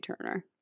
Turner